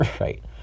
right